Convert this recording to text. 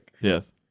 Yes